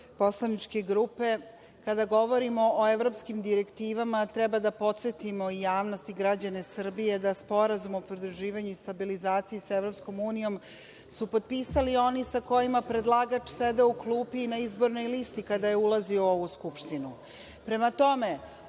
poslaničke grupe. Kada govorimo o evropskim direktivama, treba da podsetimo i javnost i građane Srbije da Sporazum o pridruživanju i stabilizaciji sa Evropskom unijom su potpisali oni sa kojima je predlagač sedeo u klupi na izbornoj listi kada je ulazio u ovu Skupštinu. Prema tome,